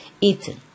eaten